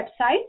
website